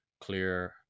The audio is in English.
clear